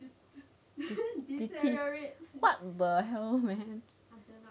ha what the hell man